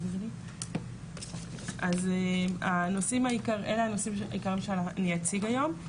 אז אלה הנושאים שבעיקר אני אציג היום.